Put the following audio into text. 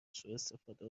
سواستفاده